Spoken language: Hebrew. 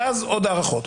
ואז עוד הארכות.